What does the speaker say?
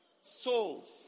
Souls